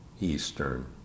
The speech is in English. Eastern